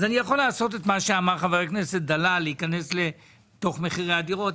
אני יכול לעשות את מה שאמר חבר הכנסת דלל ולהיכנס לתוך מחירי הדירות,